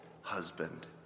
husband